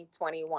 2021